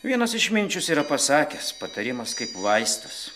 vienas išminčius yra pasakęs patarimas kaip vaistas